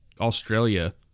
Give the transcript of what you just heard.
Australia